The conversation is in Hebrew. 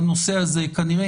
כנראה,